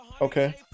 Okay